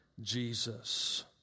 Jesus